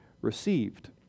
received